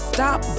Stop